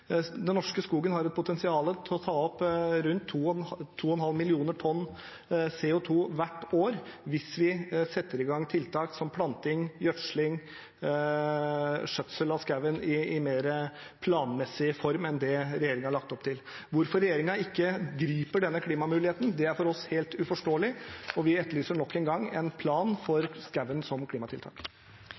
Den norske skogen har potensial til å ta opp rundt 2,5 millioner tonn CO 2 hvert år hvis vi setter i gang tiltak som planting, gjødsling og skjøtsel av skogen i en mer planmessig form enn det regjeringen har lagt opp til. Hvorfor regjeringen ikke griper denne klimamuligheten, er for oss helt uforståelig, og vi etterlyser nok en gang en plan for skogen som klimatiltak.